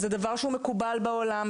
זה דבר שהוא מקובל בעולם.